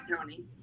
Tony